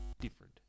different